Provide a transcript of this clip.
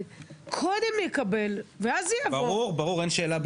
יש תוספות --- אבל כתבנו סעיפים